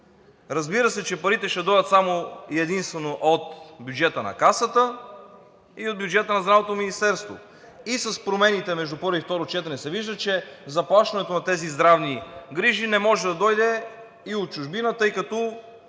Разбира се, че парите ще дойдат само и единствено от бюджета на Касата и от бюджета на Здравното министерство. С промените между първо и второ четене се вижда, че заплащането на тези здравни грижи не може да дойде и от чужбина, тъй като